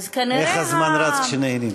איך הזמן רץ כשנהנים.